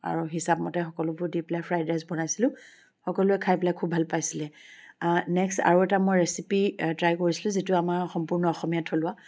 আৰু হিচাপমতে সকলোবোৰ দি পেলাই ফ্ৰাইড ৰাইচ বনাইছিলোঁ সকলোৱে খাই পেলাই খুব ভাল পাইছিলে নেক্সট আৰু এটা মই ৰেচিপি ট্ৰাই কৰিছিলোঁ যিটো আমাৰ সম্পূৰ্ণ অসমীয়া থলুৱা